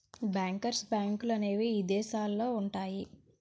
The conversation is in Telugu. బ్యాంకర్స్ బ్యాంకులనేవి ఇదేశాలల్లో ఉంటయ్యి